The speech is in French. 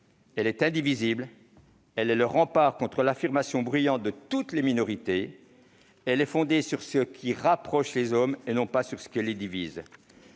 Elle est indivisible. Elle est le rempart contre l'affirmation bruyante de toutes les minorités. Elle est fondée sur ce qui rapproche les hommes et non sur ce qui les divise.